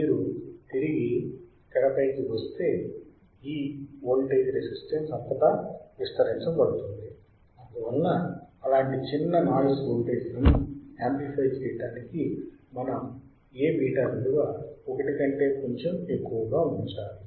మీరు తిరిగి తెరపైకి వస్తే ఈ వోల్టేజ్ రెసిస్టన్స్ అంతటా విస్తరించబడుతుంది అందువల్ల అలాంటి చిన్న నాయిస్ వోల్టేజ్లను యమ్ప్లిఫై చేయటానికి మనం A β విలువ 1 కంటే కొంచెము ఎక్కువగా ఉంచాలి